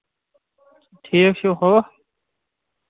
ٹھیٖک چھُو ہُہ